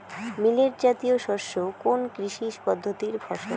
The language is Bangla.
মিলেট জাতীয় শস্য কোন কৃষি পদ্ধতির ফসল?